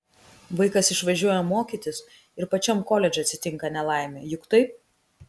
vaikas išvažiuoja mokytis ir pačiam koledže atsitinka nelaimė juk taip